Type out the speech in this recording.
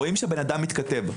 רואים שהאדם מתכתב,